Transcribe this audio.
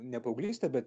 ne paauglystę bet